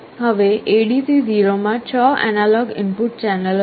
હવે ADC0 માં 6 analog input ચેનલો છે